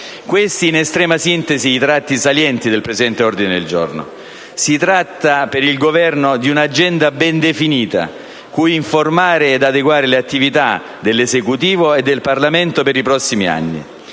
Questi in estrema sintesi i tratti salienti del presente ordine del giorno. Si tratta per il Governo di un'agenda ben definita cui informare ed adeguare le attività dell'Esecutivo e del Parlamento per i prossimi anni.